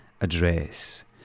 address